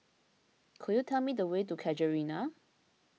could you tell me the way to Casuarina